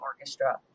Orchestra